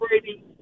Brady